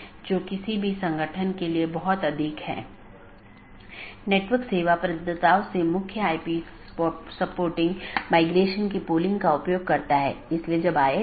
यहां R4 एक स्रोत है और गंतव्य नेटवर्क N1 है इसके आलावा AS3 AS2 और AS1 है और फिर अगला राउटर 3 है